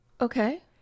Okay